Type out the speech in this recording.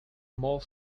more